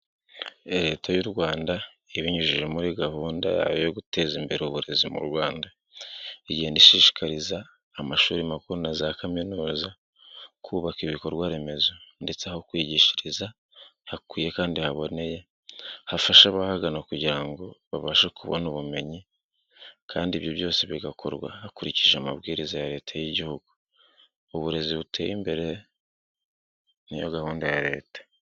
Leta y'u Rwanda ibinyujije muri gahunda yo guteza imbere uburezi mu Rwanda, igenda ishishikariza amashuri makuru na za kaminuza zo kubaka ibikorwa remezo ndetse aho kwigishiriza hakwiye kandi haboneye hafasha abahagana kugira ngo babashe kubona ubumenyi kandi ibyo byose bigakorwa hakurikijwe amabwiriza ya leta y'igihugu uburezi buteye imbere n niyo gahunda ya leta.